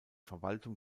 verwaltung